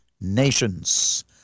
Nations